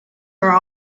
are